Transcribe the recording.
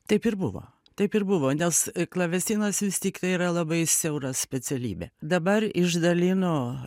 taip ir buvo taip ir buvo nes klavesinas vis tiktai yra labai siaura specialybė dabar išdalino